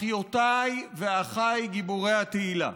אחיותיי ואחיי גיבורי התהילה,